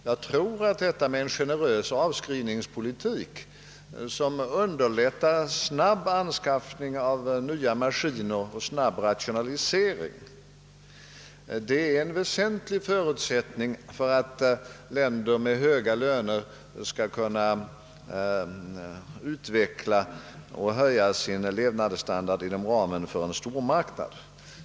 Jag tror att en generös avskrivningspolitik som underlättar snabb anskaffning av nya maskiner och snabb rationalisering är en väsentlig förutsättning för att länder med höga löner skall kunna utnyttja sin levnadsstandard inom ramen för en stormarknad.